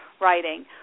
writing